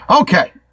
Okay